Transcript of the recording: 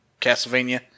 Castlevania